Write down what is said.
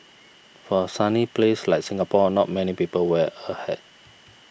for a sunny place like Singapore not many people wear a hat